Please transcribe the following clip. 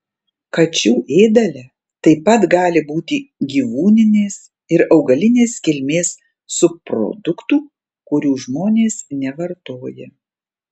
kačių ėdale taip pat gali būti gyvūnines ir augalinės kilmės subproduktų kurių žmonės nevartoja